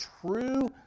true